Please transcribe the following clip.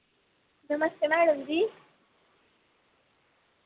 नमस्ते madam जी